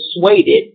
persuaded